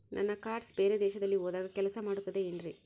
ನನ್ನ ಕಾರ್ಡ್ಸ್ ಬೇರೆ ದೇಶದಲ್ಲಿ ಹೋದಾಗ ಕೆಲಸ ಮಾಡುತ್ತದೆ ಏನ್ರಿ?